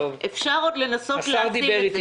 אפשר עוד לנסות להציל את זה.